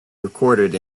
recorded